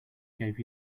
gave